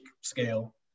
scale